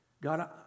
God